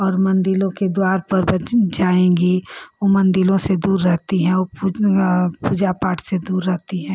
और मंदिरों के द्वार पर जायेंगी मंदिरों से दूर रहती हैं पूजा पाठ से दूर रहती हैं